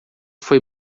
foi